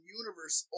universe